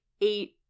eight